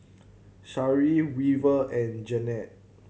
Shari Weaver and Janene